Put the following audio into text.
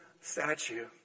statue